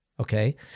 Okay